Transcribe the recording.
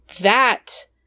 That-